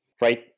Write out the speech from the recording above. right